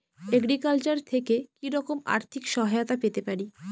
Agriculture থেকে কি রকম আর্থিক সহায়তা পেতে পারি?